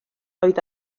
oedd